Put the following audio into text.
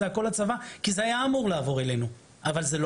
זה הכול הצבא כי זה היה אמור לעבור אלינו אבל זה לא